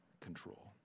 control